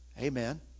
Amen